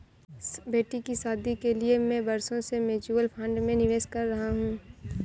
बेटी की शादी के लिए मैं बरसों से म्यूचुअल फंड में निवेश कर रहा हूं